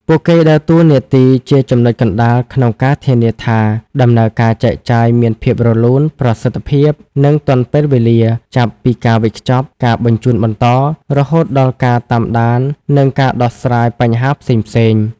ពួកគេដើរតួនាទីជាចំណុចកណ្តាលក្នុងការធានាថាដំណើរការចែកចាយមានភាពរលូន ប្រសិទ្ធភាព និងទាន់ពេលវេលា ចាប់ពីការវេចខ្ចប់ ការបញ្ជូនបន្ត រហូតដល់ការតាមដាន និងការដោះស្រាយបញ្ហាផ្សេងៗ។